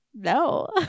No